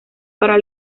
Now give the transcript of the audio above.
para